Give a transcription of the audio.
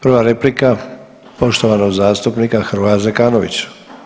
Prva replika poštovanog zastupnika Hrvoja Zekanovića.